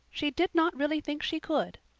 she did not really think she could.